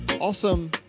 awesome